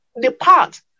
depart